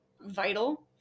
vital